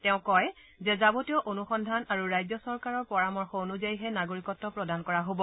তেওঁ কয় যে যাৱতীয় অনুসন্ধান আৰু ৰাজ্য চৰকাৰৰ পৰামৰ্শ অনুযায়ীহে নাগৰিকত্ব প্ৰদান কৰা হ'ব